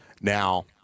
Now